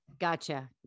gotcha